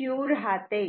Q राहते